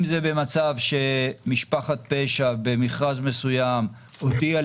אם זה במצב שמשפחת פשע במכרז מסוים הודיעה